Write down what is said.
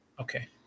Okay